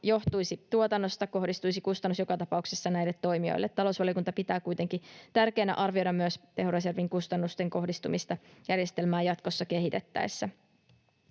johtuisi tuotannosta, kohdistuisi kustannus joka tapauksessa näille toimijoille. Talousvaliokunta pitää kuitenkin tärkeänä arvioida myös tehoreservin kustannusten kohdistumista järjestelmää jatkossa kehitettäessä.